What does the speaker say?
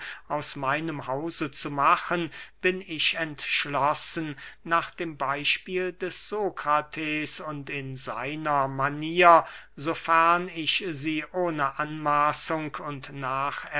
aus meinem hause zu machen bin ich entschlossen nach dem beyspiel des sokrates und in seiner manier so ferne ich sie ohne anmaßung und